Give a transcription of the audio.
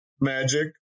magic